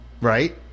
right